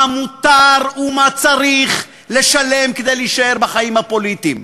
מה מותר ומה צריך לשלם כדי להישאר בחיים הפוליטיים.